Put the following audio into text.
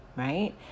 Right